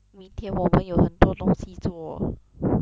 明天我们有很多东西做